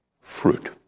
fruit